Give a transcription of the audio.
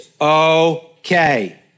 okay